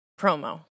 promo